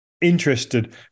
interested